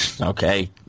Okay